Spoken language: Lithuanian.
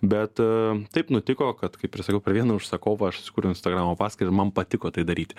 bet taip nutiko kad kaip ir sakiau per vieną užsakovą aš susikūriau instagramo paskyrą ir man patiko tai daryti